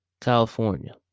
California